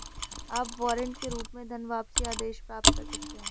आप वारंट के रूप में धनवापसी आदेश प्राप्त कर सकते हैं